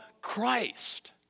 Christ